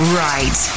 right